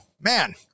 man